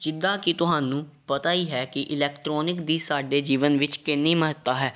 ਜਿੱਦਾਂ ਕਿ ਤੁਹਾਨੂੰ ਪਤਾ ਹੀ ਹੈ ਕਿ ਇਲੈਕਟਰੋਨਿਕ ਦੀ ਸਾਡੇ ਜੀਵਨ ਵਿੱਚ ਕਿੰਨੀ ਮਹੱਤਤਾ ਹੈ